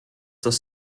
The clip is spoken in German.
das